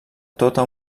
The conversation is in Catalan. tota